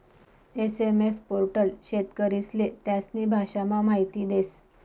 SMF portal शेतकरीस्ले त्यास्नी भाषामा माहिती देस